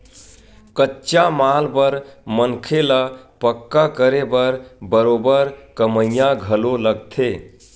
कच्चा माल बर मनखे ल पक्का करे बर बरोबर कमइया घलो लगथे